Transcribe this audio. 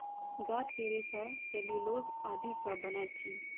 गाछ के रेशा सेल्यूलोस आदि सॅ बनैत अछि